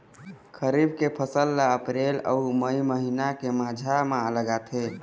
खरीफ के फसल ला अप्रैल अऊ मई महीना के माझा म लगाथे